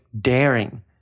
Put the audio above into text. daring